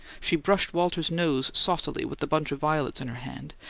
she brushed walter's nose saucily with the bunch of violets in her hand,